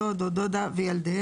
דוד או דודה וילדיהם,